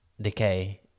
decay